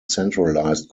centralized